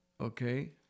Okay